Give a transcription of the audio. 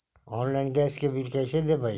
Online gas के bill कैसे देबै?